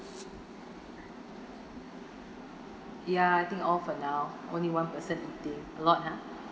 ya I think all for now only one person eating a lot ah